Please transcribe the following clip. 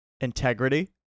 integrity